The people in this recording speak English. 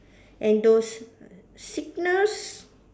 and those sickness